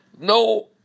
no